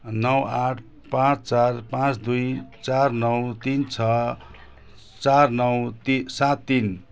नौ आठ पाँच चार पाँच दुई चार नौ तिन छ चार नौ ती सात तिन